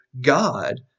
God